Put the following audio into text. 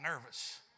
nervous